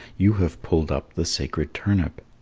you have pulled up the sacred turnip.